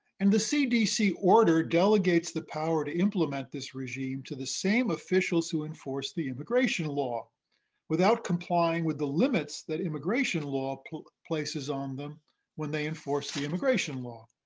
and the cdc order delegates the power to implement this regime to the same officials who enforce the immigration law without complying with the limits that immigration law places on them when they enforce the immigration law.